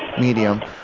medium